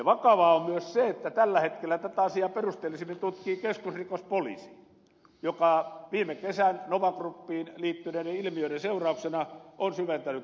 vakavaa on myös se että tällä hetkellä tätä asiaa perusteellisemmin tutkii keskusrikospoliisi joka viime kesän nova groupiin liittyneiden ilmiöiden seurauksena on syventänyt tutkimuksiaan